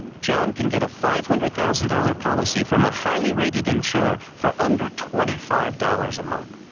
john can get a five hundred thousand dollar policy from a highly rated insurer for under twenty five dollars a month.